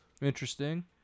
Interesting